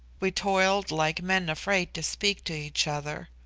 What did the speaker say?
we toiled like men afraid to speak to each other.